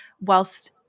whilst